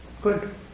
Good